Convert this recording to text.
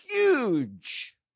huge